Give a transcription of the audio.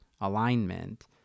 alignment